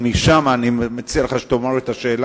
למה אני צריך לקשור לה את הידיים?